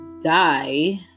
die